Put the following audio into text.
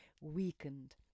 weakened